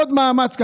עוד מאמץ קטן,